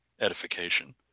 edification